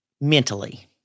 mentally